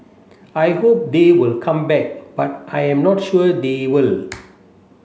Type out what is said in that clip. I hope they will come back but I am not sure they will